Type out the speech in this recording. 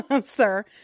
sir